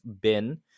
Bin